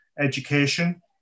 education